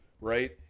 right